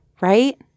Right